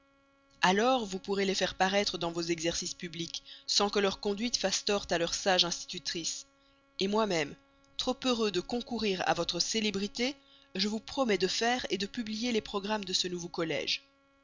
alors vous pourrez les faire paraître dans vos exercices publics sans que leur conduite fasse tort à leur sage institutrice moi-même trop heureux de concourir à votre célébrité je vous promets de faire de publier les programmes de ce nouveau collège